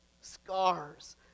scars